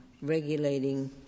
regulating